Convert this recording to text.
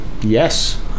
Yes